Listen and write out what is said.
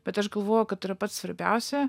bet aš galvoju kad yra pats svarbiausia